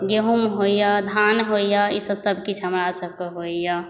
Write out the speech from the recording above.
मूँग होइए धान होइए ईसब सबकिछु हमरासबके होइए